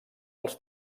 als